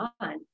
on